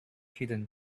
hidden